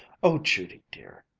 oh, judy dear,